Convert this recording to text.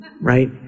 right